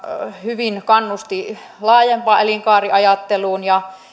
hyvin kannusti laajempaan elinkaariajatteluun ja